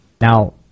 Now